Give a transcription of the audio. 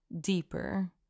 deeper